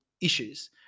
issues